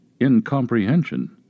incomprehension